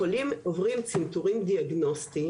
החולים עוברים צנתורים דיאגנוסטיים